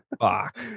Fuck